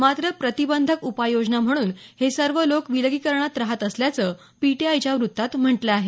मात्र प्रतिबंधक उपाययोजना म्हणून हे सर्व लोक विलगीकरणात राहत असल्याचं पीटीआयच्या वृत्तात म्हटलं आहे